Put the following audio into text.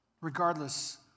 regardless